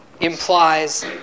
implies